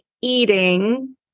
eating